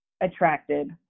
attracted